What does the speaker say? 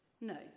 No